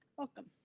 welcome.